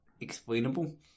Explainable